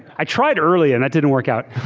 i tried early and that didn't work out